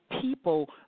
people